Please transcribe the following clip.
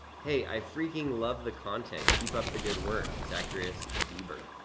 hey, i freaking love the content, keep up the good work, zacharias bieber.